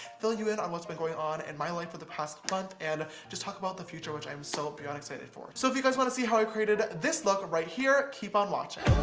fill you in on what's been going on in and my life for the past month, and just talk about the future, which i am so beyond excited for. so if you guys want to see how i created this look right here, keep on watching.